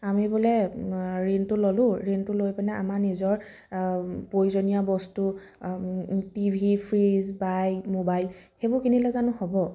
আমি বোলে ঋণটো ল'লো ঋণটো লৈপেনে নিজৰ প্ৰয়োজনীয় বস্তু টিভি ফ্ৰীজ বাইক মোবাইল সেইবোৰ কিনিলে জানো হ'ব